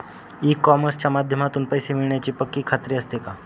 E कॉमर्सच्या माध्यमातून पैसे मिळण्याची पक्की खात्री असते का?